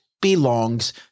belongs